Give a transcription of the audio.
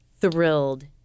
thrilled